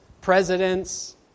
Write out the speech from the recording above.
presidents